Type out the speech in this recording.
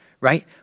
right